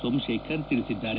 ಸೋಮಶೇಖರ್ ತಿಳಿಸಿದ್ದಾರೆ